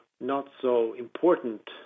not-so-important